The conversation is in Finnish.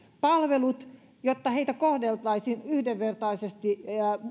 palvelut jotta heitä kohdeltaisiin yhdenvertaisesti